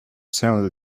sounded